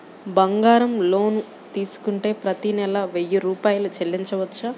బంగారం లోన్ తీసుకుంటే ప్రతి నెల వెయ్యి రూపాయలు చెల్లించవచ్చా?